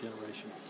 generation